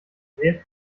sehr